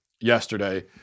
yesterday